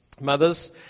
Mothers